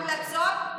המלצות,